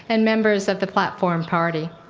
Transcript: and members of the platform party.